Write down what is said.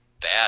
bad